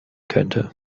könnte